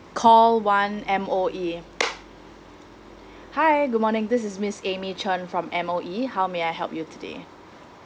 call one M_O_E hi good morning this is miss amy chen from M_O_E how may I help you today